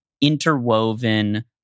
interwoven